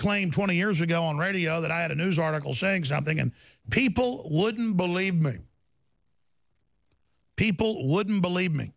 claim twenty years ago on radio that i had a news article saying something and people wouldn't believe me people wouldn't believe me